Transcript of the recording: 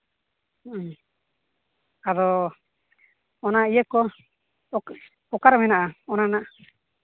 ᱦᱮᱸ ᱟᱫᱚ ᱚᱱᱟ ᱤᱭᱟᱹ ᱠᱚ ᱚᱠᱟᱨᱮ ᱢᱮᱱᱟᱜᱼᱟ ᱚᱱᱟ ᱱᱟᱜ